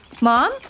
Mom